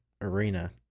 arena